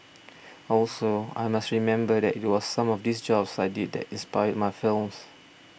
also I must remember that it was some of these jobs I did that inspired my films